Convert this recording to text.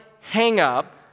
hang-up